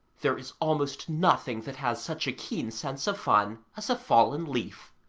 there is almost nothing that has such a keen sense of fun as a fallen leaf.